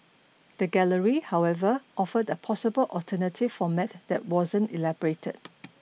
the Gallery however offered a possible alternative format that wasn't elaborated